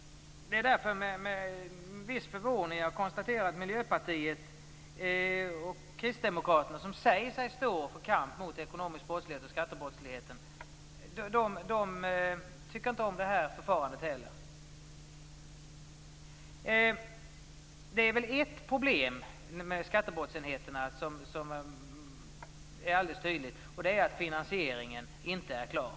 Det är därför med viss förvåning jag konstaterar att Miljöpartiet och Kristdemokraterna, som säger sig stå för kamp mot den ekonomiska brottsligheten och skattebrottsligheten, inte heller tycker om det här förfarandet. Det finns ett problem med skattebrottsenheterna som är alldeles tydligt. Det är att finansieringen inte är klar.